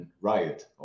Riot